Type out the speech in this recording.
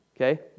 Okay